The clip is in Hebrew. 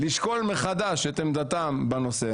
לשקול מחדש את עמדתם בנושא.